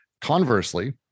Conversely